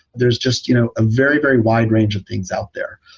there's just you know a very, very wide range of things out there.